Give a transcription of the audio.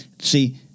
see